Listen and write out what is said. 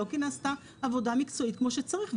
לא כי נעשתה עבודה מקצועית כמו שצריך,